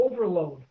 overload